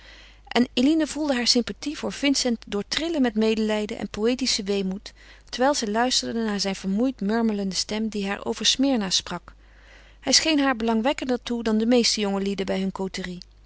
en eline voelde haar sympathie voor vincent doortrillen met medelijden en poëtischen weemoed terwijl zij luisterde naar zijn vermoeid murmelende stem die haar over smyrna sprak hij scheen haar belangwekkender toe dan de meeste jongelieden bij hun